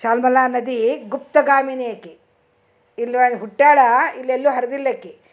ಶಾಲ್ಮಲ ನದಿ ಗುಪ್ತಗಾಮಿನಿ ಅಕಿ ಇಲ್ಲವಾ ಹುಟ್ಯಾಳ ಇಲ್ಲೆಲ್ಲು ಹರ್ದಿಲ್ಲಕಿ